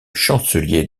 chancelier